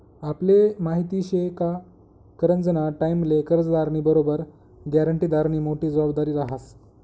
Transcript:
आपले माहिती शे का करजंना टाईमले कर्जदारनी बरोबर ग्यारंटीदारनी मोठी जबाबदारी रहास